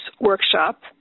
workshop